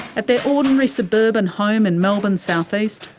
at their ordinary suburban home in melbourne's south-east,